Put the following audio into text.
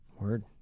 word